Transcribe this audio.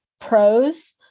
pros